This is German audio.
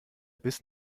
bis